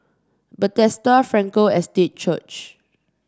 Bethesda Frankel Estate Church